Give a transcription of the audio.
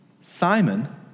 Simon